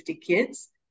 kids